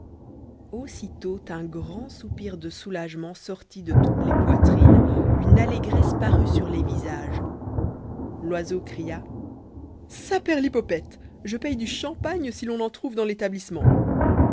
aussitôt un grand soupir de soulagement sortit de toutes les poitrines une allégresse parut sur les visages loiseau cria saperlipopette je paye du champagne si l'on en trouve dans l'établissement